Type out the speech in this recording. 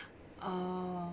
oh